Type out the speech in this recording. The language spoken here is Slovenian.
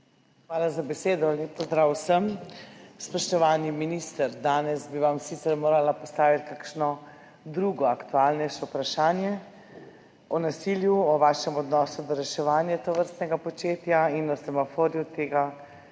Hvala za besedo. Lep pozdrav vsem! Spoštovani minister! Danes bi vam sicer morala postaviti kakšno drugo aktualnejše vprašanje o nasilju, o vašem odnosu do reševanja tovrstnega početja in o semaforju tega